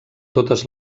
totes